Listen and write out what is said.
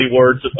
words